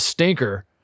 stinker